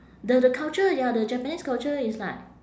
the the culture ya the japanese culture is like